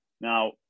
now